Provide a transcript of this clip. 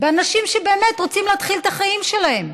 באנשים שבאמת רוצים להתחיל את החיים שלהם